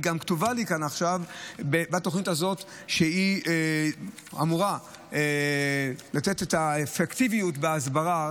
והיא גם כתובה לי כאן עכשיו שהיא אמורה לתת את האפקטיביות בהסברה.